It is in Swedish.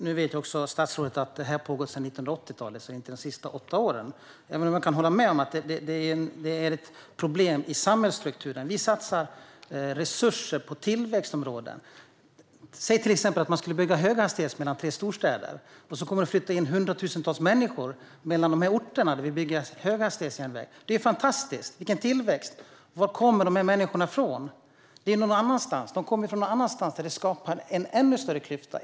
Fru talman! Statsrådet vet också att det här har pågått sedan 1980-talet, så det handlar inte om de sista åtta. Jag kan hålla med om att det är ett problem i samhällsstrukturen. Vi satsar resurser på tillväxtområden. Om man skulle bygga höghastighetståg mellan tre storstäder, och så flyttar det in hundratusentals människor till dessa orter. Det är fantastiskt. Vilken tillväxt! Men var kommer dessa människor ifrån? De kommer från områden där detta skapar en ännu större klyfta.